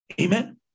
Amen